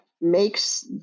makes